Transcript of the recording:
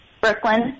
Brooklyn